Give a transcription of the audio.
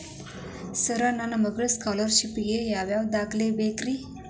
Sir ನನ್ನ ಮಗ್ಳದ scholarship ಗೇ ಯಾವ್ ಯಾವ ದಾಖಲೆ ಬೇಕ್ರಿ?